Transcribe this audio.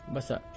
Basa